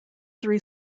three